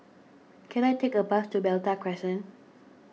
can I take a bus to Malta Crescent